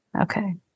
Okay